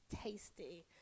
tasty